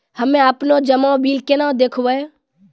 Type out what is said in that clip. हम्मे आपनौ जमा बिल केना देखबैओ?